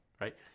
right